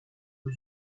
aux